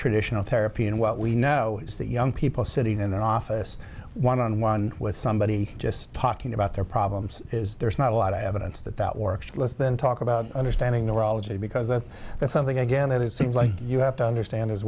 and what we know is that young people sitting in their office one on one with somebody just talking about their problems is there's not a lot of evidence that that works less than talk about understanding the reality because i think that's something again that it seems like you have to understand as